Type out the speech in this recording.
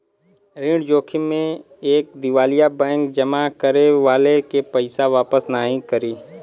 ऋण जोखिम में एक दिवालिया बैंक जमा करे वाले के पइसा वापस नाहीं करी